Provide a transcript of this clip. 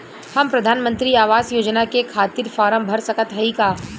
हम प्रधान मंत्री आवास योजना के खातिर फारम भर सकत हयी का?